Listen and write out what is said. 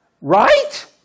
Right